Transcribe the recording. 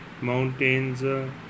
mountains